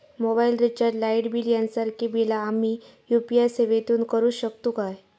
Mobile recharge, light bill यांसारखी बिला आम्ही यू.पी.आय सेवेतून करू शकतू काय?